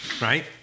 right